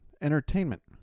entertainment